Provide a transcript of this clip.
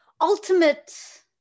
ultimate